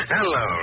Hello